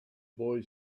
boy